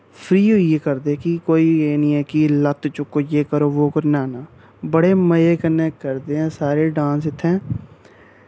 free होइयै करदे कि कोई एह् नी ऐ कि लत्त चुक्को जे करो वो करो ना ना बड़े मज़े कन्नै करदे ऐ सारे डांस इत्थें